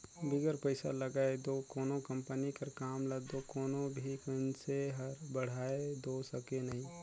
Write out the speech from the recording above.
बिगर पइसा लगाए दो कोनो कंपनी कर काम ल दो कोनो भी मइनसे हर बढ़ाए दो सके नई